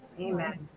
amen